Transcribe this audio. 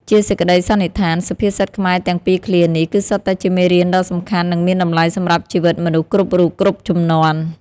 ជាសេចក្តីសន្និដ្ឋាន សុភាសិតខ្មែរទាំងពីរឃ្លានេះ គឺសុទ្ធតែជាមេរៀនដ៏សំខាន់ និងមានតម្លៃសម្រាប់ជីវិតមនុស្សគ្រប់រូប គ្រប់ជំនាន់។